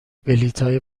بلیطهای